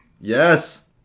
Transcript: Yes